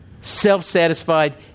self-satisfied